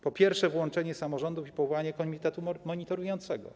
Po pierwsze, włączenie samorządów i powołanie komitetu monitorującego.